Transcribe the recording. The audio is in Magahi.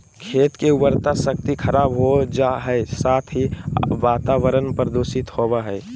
खेत के उर्वरा शक्ति खराब हो जा हइ, साथ ही वातावरण प्रदूषित होबो हइ